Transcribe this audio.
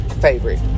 favorite